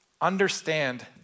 understand